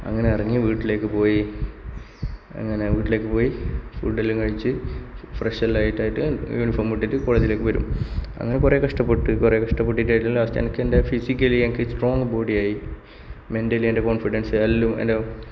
അങ്ങനെ ഇറങ്ങി വീട്ടിലേക്ക് പോയി അങ്ങനെ വീട്ടിലേക്ക്പോയി ഫുഡെല്ലാം കഴിച്ച് ഫ്രഷ് എല്ലാം ആയിട്ടായിട്ട് ഞാൻ യൂണിഫോം ഇട്ടിട്ട് കോളേജിലേക്ക് വരും അങ്ങനെ കുറെ കഷ്ടപ്പെട്ട് കുറെ കഷ്ടപെട്ടിട്ടായിട്ട് ലാസ്റ്റ് എനിക്ക് എൻറെ ഫിസിക്കലി എനിക്ക് സ്ട്രോങ്ങ് ബോഡിയായി മെന്റലി എൻറെ കോൺഫിഡൻസ് എല്ലാം എൻറെ